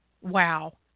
wow